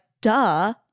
duh